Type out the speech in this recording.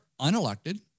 unelected